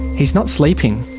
he's not sleeping.